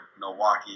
Milwaukee